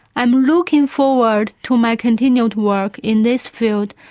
i'm looking forward to my continued work in this field,